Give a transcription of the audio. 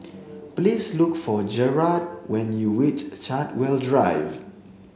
please look for Jerrad when you reach Chartwell Drive